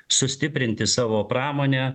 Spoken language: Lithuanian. sustiprinti savo pramonę